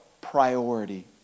priority